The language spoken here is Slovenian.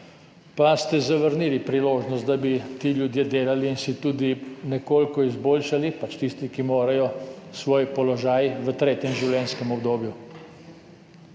pa ste zavrnili priložnost, da bi ti ljudje delali in si tudi nekoliko izboljšali, pač tisti, ki morejo, svoj položaj v tretjem življenjskem obdobju.